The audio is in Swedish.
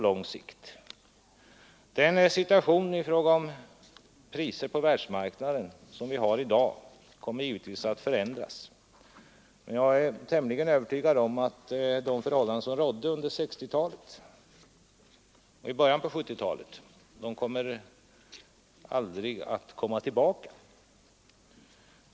Dagens situation när det gäller priserna på världsmarknaden kommer givetvis att förändras, men jag är tämligen övertygad om att de förhållanden som rådde under 1960-talet och i början på 1970-talet aldrig kommer tillbaka.